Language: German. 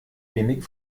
wenig